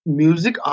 music